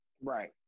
Right